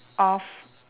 of